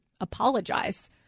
apologize